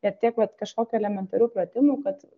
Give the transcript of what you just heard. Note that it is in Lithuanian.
ir tiek vat kažkokių elementarių pratimų kad